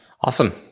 Awesome